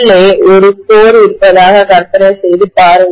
உள்ளே ஒரு கோர் இருப்பதாக கற்பனை செய்து பாருங்கள்